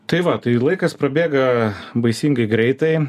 tai va tai laikas prabėga baisingai greitai